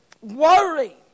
worry